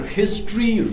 history